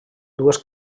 dues